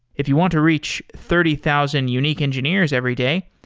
if you want to reach thirty thousand unique engineers every day,